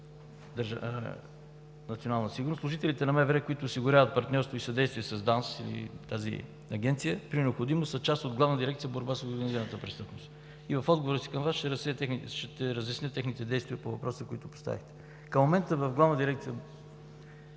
„Национална сигурност“. Служителите на МВР, които осигуряват партньорство и съдействие с ДАНС при необходимост, са част от Главна дирекция „Борба с организираната престъпност“. В отговора си към Вас ще разясня техните действия по въпросите, които ги касаят. Към момента в Главна дирекция